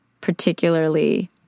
particularly